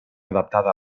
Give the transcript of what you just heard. adaptada